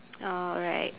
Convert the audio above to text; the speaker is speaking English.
oh right